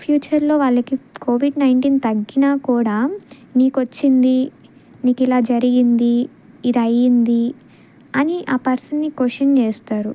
ఫ్యూచర్లో వాళ్ళకి COVID nineteen తగ్గినా కూడా నీకు వచ్చింది నీకు ఇలా జరిగింది ఇది అయింది అని ఆ పర్సన్ని క్వశ్చన్ చేస్తారు